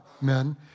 men